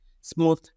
smooth